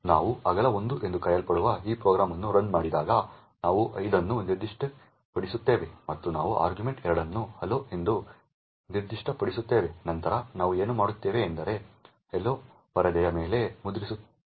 ನಾವು ಅಗಲ 1 ಎಂದು ಕರೆಯಲ್ಪಡುವ ಈ ಪ್ರೋಗ್ರಾಂ ಅನ್ನು ರನ್ ಮಾಡಿದಾಗ ನಾವು 5 ಅನ್ನು ನಿರ್ದಿಷ್ಟಪಡಿಸುತ್ತೇವೆ ಮತ್ತು ನಾವು argv2 ಅನ್ನು ಹಲೋ ಎಂದು ನಿರ್ದಿಷ್ಟಪಡಿಸುತ್ತೇವೆ ನಂತರ ನಾವು ಏನು ಮಾಡಿದ್ದೇವೆ ಎಂದರೆ ಹಲೋ ಪರದೆಯ ಮೇಲೆ ಮುದ್ರಿಸಲಾಗುತ್ತದೆ